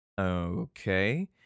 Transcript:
Okay